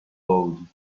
road